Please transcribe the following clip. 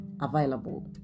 available